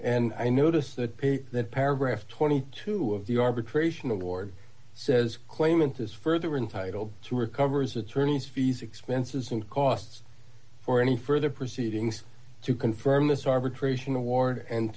and i notice that that paragraph twenty two dollars of the arbitration award says claimant is further entitle to recover his attorneys fees expenses in costs for any further proceedings to confirm this arbitration award and